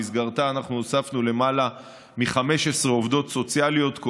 במסגרתה הוספנו למעלה מ-15 עובדות סוציאליות,